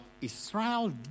Israel